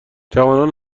جوانان